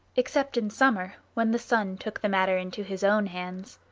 except in summer, when the sun took the matter into his own hands.